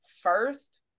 first